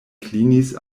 klinis